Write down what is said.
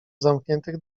zamkniętych